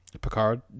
Picard